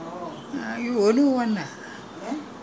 they got theatre here what dianwah nanyang